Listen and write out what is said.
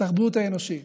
בתרבות האנושית,